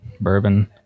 bourbon